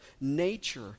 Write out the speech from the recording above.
nature